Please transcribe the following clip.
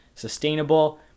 sustainable